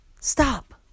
Stop